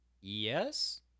Yes